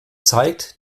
zeigt